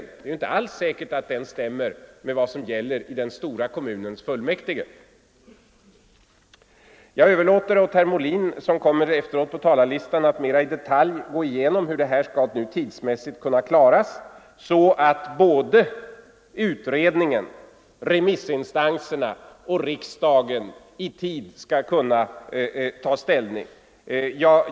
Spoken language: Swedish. Det är nämligen inte alls säkert att den överensstämmer med vad som gäller i den stora kommunens fullmäktige. Jag överlåter åt herr Molin, som kommer efter mig på talarlistan, att mera i detalj gå igenom hur detta tidsmässigt skall kunna klaras så att både utredningen, remissinstanserna och riksdagen kan ta ställning.